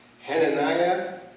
Hananiah